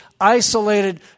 isolated